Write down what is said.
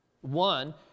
One